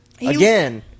Again